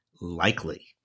likely